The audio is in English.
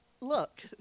look